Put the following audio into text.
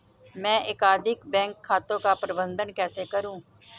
मैं एकाधिक बैंक खातों का प्रबंधन कैसे करूँ?